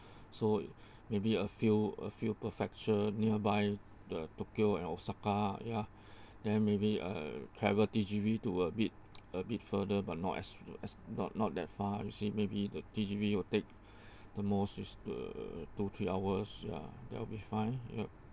so maybe a few a few perfection nearby the tokyo and osaka ya then maybe uh travel T_G_V to a bit a bit further but not as as not not that far you see maybe the T_G_V will take the most is the two three hours ya that will be fine yup